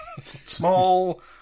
Small